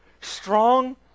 strong